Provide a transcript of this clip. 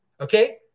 Okay